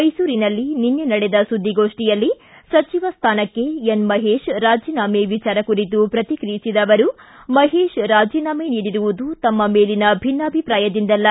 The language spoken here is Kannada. ಮೈಸೂರಿನಲ್ಲಿ ನಿನ್ನೆ ನಡೆದ ಸುದ್ವಿಗೋಷ್ಠಿಯಲ್ಲಿ ಸಚಿವ ಸ್ವಾನಕ್ಷೆ ಎನ್ ಮಹೇಶ್ ರಾಜನಾಮೆ ವಿಚಾರ ಕುರಿತು ಪ್ರತಿಕ್ರಿಯಿಸಿದ ಅವರು ಮಹೇಶ್ ರಾಜೀನಾಮೆ ನೀಡಿರುವುದು ತಮ್ಮ ಮೇಲಿನ ಭಿನ್ನಾಭಿಪ್ರಾಯದಿಂದ ಅಲ್ಲ